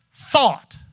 thought